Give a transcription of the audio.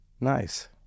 Nice